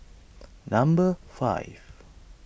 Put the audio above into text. number five